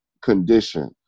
condition